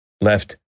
left